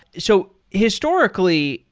so, historically,